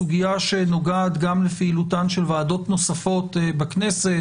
סוגיה שנוגעת גם לפעילותן של ועדות נוספות בכנסת.